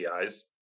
APIs